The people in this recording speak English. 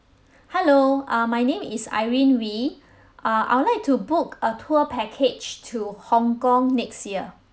hello uh my name is irene wee err I would like to book a tour package to hong kong next year